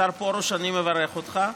השר פרוש, אני מברך אותך.